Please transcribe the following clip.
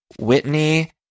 Whitney